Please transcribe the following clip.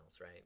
right